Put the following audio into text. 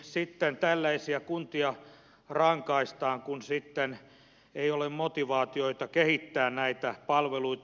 sitten tällaisia kuntia rangaistaan kun ei ole motivaatioita kehittää näitä palveluita